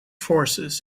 forces